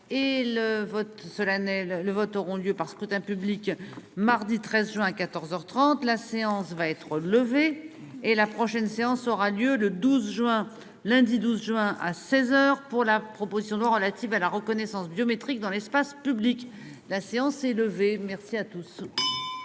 le vote auront lieu par scrutin public mardi 13 juin à 14h 30 la séance va être levé et la prochaine séance aura lieu le 12 juin, lundi 12 juin à 16h pour la proposition de loi relative à la reconnaissance biométrique dans l'espace public. La séance est levée. Merci à tous.